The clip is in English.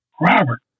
Robert